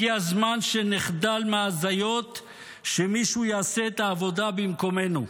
הגיע הזמן שנחדל מהזיות שמישהו יעשה את העבודה במקומנו.